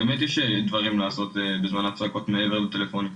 באמת יש דברים לעשות בזמן ההפסקות מעבר לטלפונים הניידים.